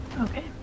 Okay